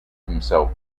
himself